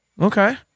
Okay